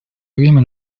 время